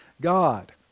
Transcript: god